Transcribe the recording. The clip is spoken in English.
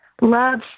love